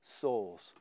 souls